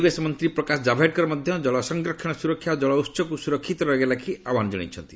ପରିବେଶ ମନ୍ତ୍ରୀ ପ୍ରକାଶ ଜାଭଡେକର ମଧ୍ୟ ଜଳସଂରକ୍ଷଣ ସୁରକ୍ଷା ଓ ଜଳ ଉହକୁ ସୁରକ୍ଷିତ ରଖିବା ଲାଗି ଆହ୍ପାନ ଜଣାଇଛନ୍ତି